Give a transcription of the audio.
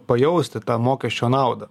pajausti tą mokesčio naudą